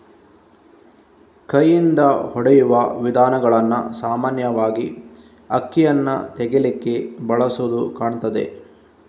ಕೈಯಿಂದ ಹೊಡೆಯುವ ವಿಧಾನಗಳನ್ನ ಸಾಮಾನ್ಯವಾಗಿ ಅಕ್ಕಿಯನ್ನ ತೆಗೀಲಿಕ್ಕೆ ಬಳಸುದು ಕಾಣ್ತದೆ